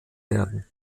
werden